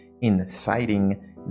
inciting